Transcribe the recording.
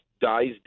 dies